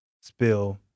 spill